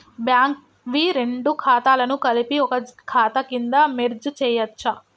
Bank వి రెండు ఖాతాలను కలిపి ఒక ఖాతా కింద మెర్జ్ చేయచ్చా?